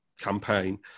campaign